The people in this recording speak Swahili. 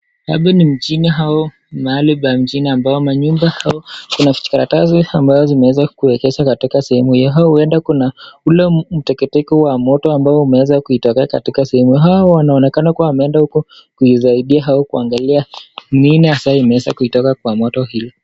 Hapa ni mjini hao, mahali pa mjini ambao nyumba hao kuna vijikaratasi ambao zimeeza kuekeza katika sehemu hio, uenda kuna, ule mteketeke wa moto ambao umeweza kuitokea katika sehemu hio, hao wanaonekana kana kuwa wameenda uko, kuisaidia au kuangalia, nini hasaa imeweza kuitoka katika moto hilo.